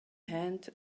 hand